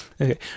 Okay